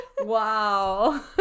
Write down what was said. Wow